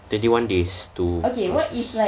twenty one days to